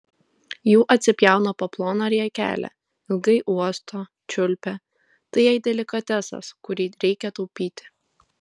jų atsipjauna po ploną riekelę ilgai uosto čiulpia tai jai delikatesas kurį reikia taupyti